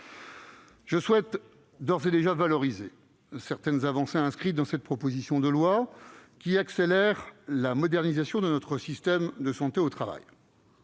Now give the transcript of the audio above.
Je souhaite d'ores et déjà valoriser certaines avancées inscrites dans cette proposition de loi, qui accélère la modernisation de notre système de santé au travail.